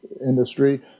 industry